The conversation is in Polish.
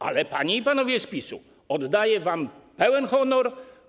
Ale, panie i panowie z PiS-u, oddaję wam pełen honor.